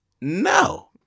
No